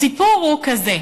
הסיפור הוא כזה: